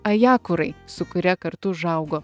ajakurai su kuria kartu užaugo